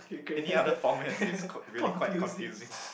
any other formats is quite really quite confusing